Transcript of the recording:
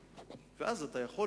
ואז אתה יכול,